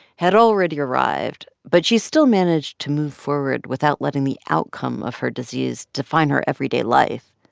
had already arrived, but she still managed to move forward without letting the outcome of her disease define her everyday life.